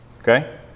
Okay